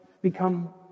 become